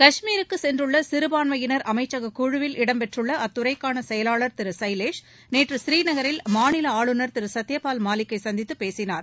காஷ்மீருக்கு சென்றுள்ள சிறுபான்மையினர் அமைச்சக குழுவில் இடம் பெற்றுள்ள அத்துறைக்காள செயவாள் திரு சைலேஷ் நேற்று ஸ்ரீநகரில் மாநில ஆளுநர் திரு சத்தியபால் மாலிக்கை சந்தித்துப் பேசினார்